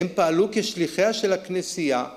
‫הם פעלו כשליחיה של הכנסייה.